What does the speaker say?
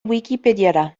wikipediara